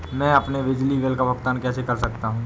मैं अपने बिजली बिल का भुगतान कैसे कर सकता हूँ?